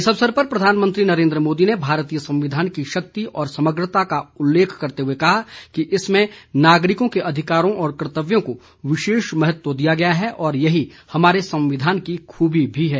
इस अवसर पर प्रधानमंत्री नरेन्द्र मोदी ने भारतीय संविधान की शक्ति और समग्रता का उल्लेख करते हुए कहा कि इसमें नागरिकों के अधिकारों और कर्त्तव्यों को विशेष महत्व दिया गया है और यही हमारे संविधान की खूबी भी है